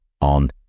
on